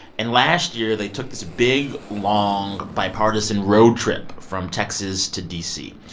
and last year they took this big, long bipartisan road trip from texas to d c.